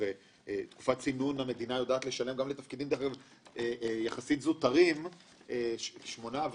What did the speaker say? תקופת צינון המדינה יודעת לשלם גם לתפקידים יחסית זוטרים במשך שמונה,